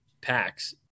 packs